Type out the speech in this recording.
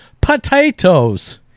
Potatoes